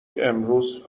امروز